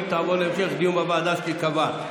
ותעבור להמשך דיון בוועדה שתיקבע.